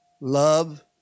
love